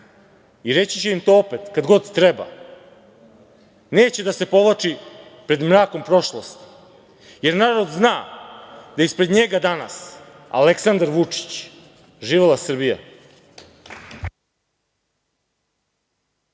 i, reći ću im to opet, kad god treba, neće da se povlači pred mrakom prošlosti, jer narod zna da je ispred njega danas Aleksandar Vučić. Živela Srbija!